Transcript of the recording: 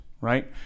right